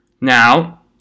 Now